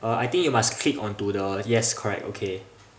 uh I think you must click on to the yes correct okay